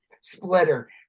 Splitter